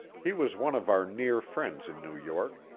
he was one of our near friends in new york,